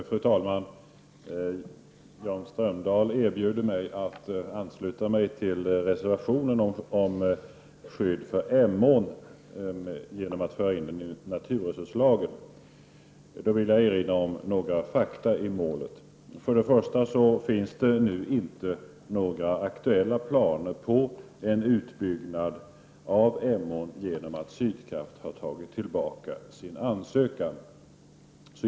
Fru talman! Jan Strömdahl erbjuder mig möjlighet att ansluta mig till reservationen om skydd av Emån genom att den omfattas av naturresurslagen. Jag vill då erinra om några fakta i målet. För det första finns det nu inte några aktuella planer på en utbyggnad av Emån, eftersom Sydkraft har tagit tillbaka sin ansökan.